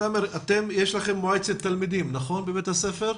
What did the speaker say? יש בבית הספר שלכם מועצת תלמידים, נכון?